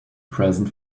present